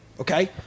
Okay